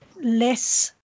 less